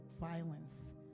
violence